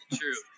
true